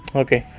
okay